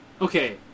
Okay